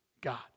God